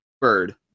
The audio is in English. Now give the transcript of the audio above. Bird